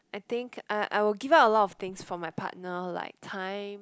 I think I I will give up a lot things for my partner like time